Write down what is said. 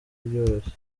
byoroshye